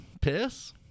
piss